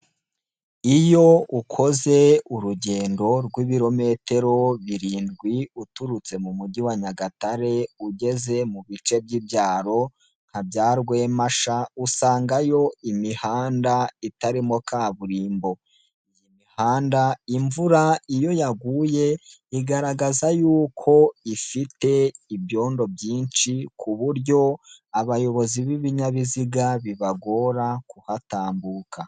Iyo ukoze urugendo rw'ibirometero birindwi uturutse mu mujyi wa Nyagatare ugeze mu bice by'ibyaro nka bya Rwepmasha usangayo imihanda itarimo kaburimbo, iyi mihanda imvura iyo yaguye igaragaza yuko ifite ibyondo byinshi ku buryo abayobozi b'ibinyabiziga bibagora kuhatambuka.